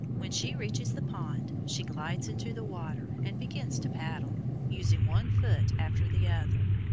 when she reaches the pond, she glides into the water and begins to paddle, using one foot after the other,